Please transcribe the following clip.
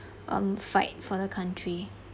um fight for the country